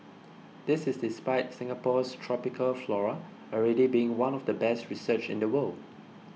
this is despite Singapore's tropical flora already being one of the best researched in the world